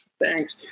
Thanks